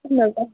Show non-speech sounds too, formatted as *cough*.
*unintelligible*